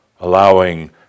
allowing